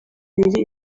ibiri